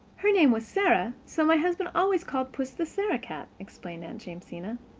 her name was sarah, so my husband always called puss the sarah-cat, explained aunt jamesina.